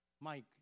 Mike